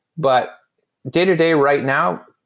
but day-to-day right now,